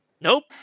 Nope